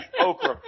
okra